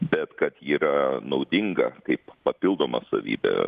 bet kad ji yra naudinga kaip papildoma savybė